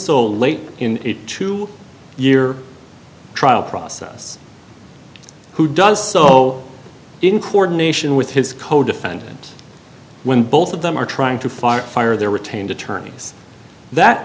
so late in a two year trial process who does so in court nation with his codefendant when both of them are trying to fire fire their retained attorneys that